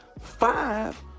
five